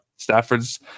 Stafford's